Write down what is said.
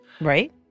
Right